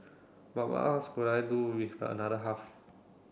but what else could I do with the another half